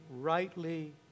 rightly